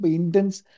intense